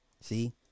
See